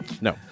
No